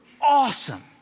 awesome